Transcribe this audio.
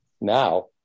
now